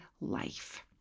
life